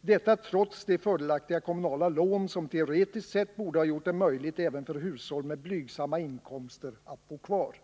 detta trots de fördelaktiga kommunala lån som teoretiskt sett borde ha gjort det möjligt även för hushåll med blygsamma inkomster att bo kvar.